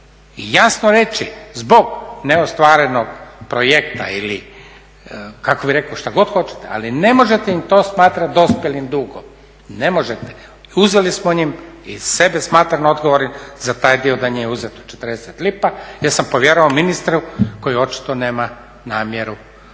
jasno reći zbog neostvarenog projekta ili kako bih rekao šta god hoćete, ali ne možete im to smatrati dospjelim dugom, ne možete. Uzeli smo im i sebe smatram odgovornim za taj dio da nije uzeto 40 lipa jer sam povjerovao ministru koji očito nema namjeru